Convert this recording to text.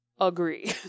Agree